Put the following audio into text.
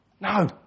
no